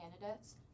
candidates